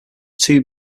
two